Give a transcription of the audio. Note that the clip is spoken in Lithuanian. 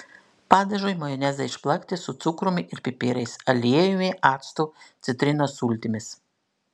padažui majonezą išplakti su cukrumi ir pipirais aliejumi actu citrinos sultimis